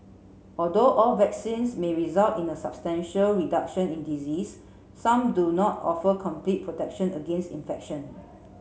although all vaccines may result in a substantial reduction in disease some do not offer complete protection against infection